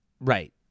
Right